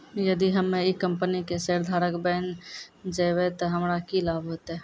यदि हम्मै ई कंपनी के शेयरधारक बैन जैबै तअ हमरा की लाभ होतै